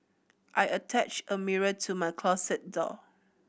I attached a mirror to my closet door